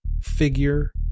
figure